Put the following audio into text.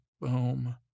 boom